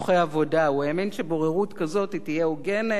הוא האמין שבוררות כזאת תהיה הוגנת ותדע